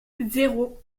zéro